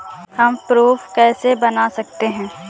हम प्रारूप कैसे बना सकते हैं?